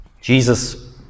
jesus